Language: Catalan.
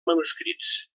manuscrits